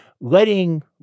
letting